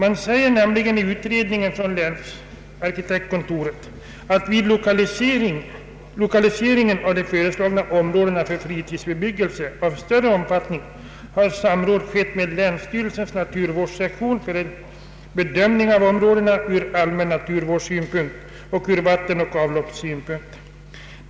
I utredningen säger man nämligen: ”Vid lokaliseringen av de föreslagna områdena för fritidsbebyggelse av större omfattning har samråd skett med länsstyrelsens naturvårdssektion för bedömning av områdena ur allmän naturvårdssynpunkt och ur vattenoch avloppssynpunkt.